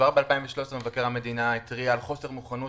כבר ב-2013 מבקר המדינה התריע על חוסר מוכנות